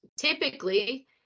typically